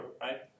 right